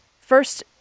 First